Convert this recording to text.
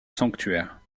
sanctuaire